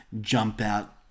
jump-out